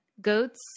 Goats